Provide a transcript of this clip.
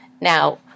Now